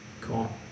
cool